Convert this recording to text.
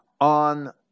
On